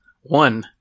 One